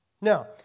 Now